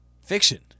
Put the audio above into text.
Fiction